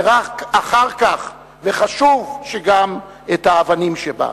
ורק אחר כך, וחשוב, גם את האבנים שבה.